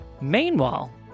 Meanwhile